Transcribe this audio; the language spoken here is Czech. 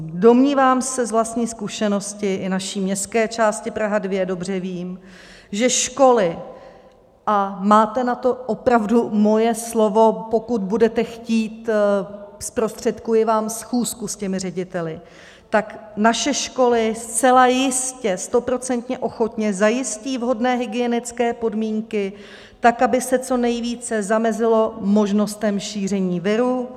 Domnívám se, z vlastní zkušenosti i naší městské části Praha 2 dobře vím, že školy, a máte na to opravdu moje slovo, pokud budete chtít, zprostředkuji vám schůzku s těmi řediteli, tak naše školy zcela jistě stoprocentně ochotně zajistí vhodné hygienické podmínky tak, aby se co nejvíce zamezilo šíření viru.